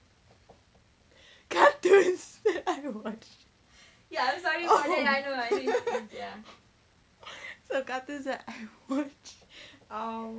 cartoons I don't watch some cartoons that I watch um